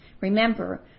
Remember